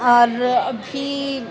اور بھی